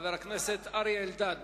חבר הכנסת אריה אלדד.